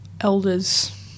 elders